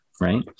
right